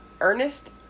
Ernest